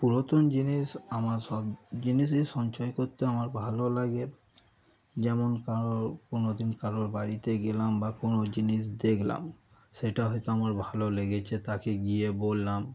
পুরাতন জিনিস আমার সব জিনিসই সঞ্চয় করত আমার ভালো লাগে যেমন কারোর কোনো দিন কারোর বাড়িতে গেলাম বা কোনো জিনিস দেখলাম সেটা হয়তো আমার ভালো লেগেছে তাকে গিয়ে বললাম